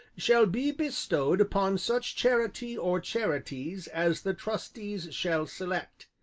shall be bestowed upon such charity or charities as the trustees shall select.